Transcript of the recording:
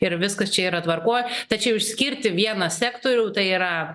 ir viskas čia yra tvarkoj tačiau išskirti vieną sektorių tai yra